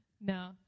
No